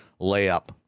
layup